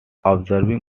observing